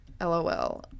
LOL